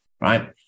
right